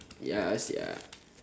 ya